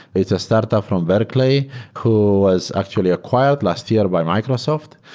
it's a startup from berkley who was actually acquired last year by microsoft,